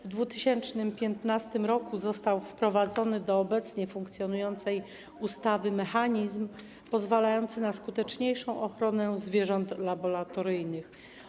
W 2015 r. został wprowadzony do obecnie funkcjonującej ustawy mechanizm pozwalający na skuteczniejszą ochronę zwierząt laboratoryjnych.